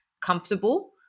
comfortable